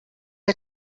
der